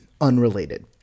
unrelated